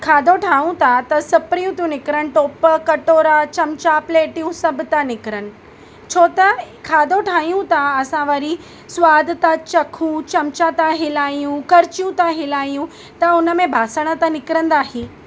खाधो ठाहियूं था त सिपरियूं थी निकिरनि टोप कटोरा चमचा प्लेटियूं सभु था निकिरनि छो त खाधो ठाहियूं था असां वरी सवादु था चखूं चमचा था हिलायूं कर्चियूं था हिलायूं त हुन में बासण त निकिरंदा ई